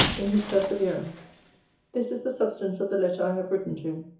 in his perseverance this is the substance of the letter i have written to him.